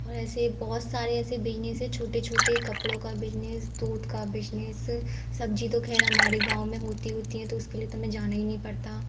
और ऐसे बहुत सारे ऐसे बिजनेस हैं छोटे छोटे कपड़ों का बिजनेस दूध का बिजनेस सब्ज़ी तो ख़ैर हमारे गाँव में होती होती है तो उसके लिए तो हमें जाना ही नहीं पड़ता